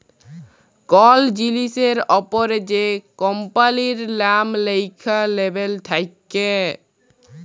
call জিলিসের অপরে যে কম্পালির লাম ল্যাখা লেবেল থাক্যে